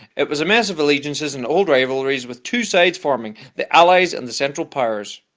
it was a mess of allegiances and old rivalries with two sides forming the allies and the central powers.